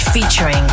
featuring